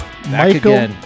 Michael